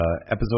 episode